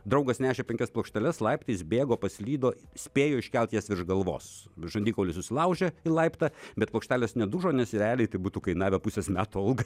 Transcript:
draugas nešė penkias plokšteles laiptais bėgo paslydo spėjo iškelt jas virš galvos žandikaulį susilaužė į laiptą bet plokštelės nedužo nes realiai tai būtų kainavę pusės metų algą